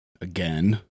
again